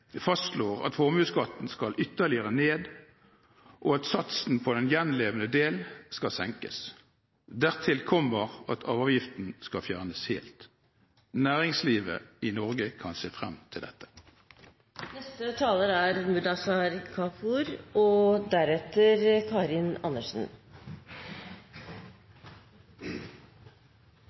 regjeringen fastslår at formuesskatten skal ytterligere ned, og at satsen på den gjenværende del skal senkes. Dertil kommer at arveavgiften skal fjernes helt. Næringslivet i Norge kan se fram til dette. Jeg er